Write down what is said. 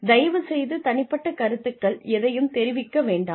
தயவுசெய்து தனிப்பட்ட கருத்துக்கள் எதையும் தெரிவிக்க வேண்டாம்